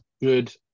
good